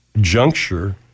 juncture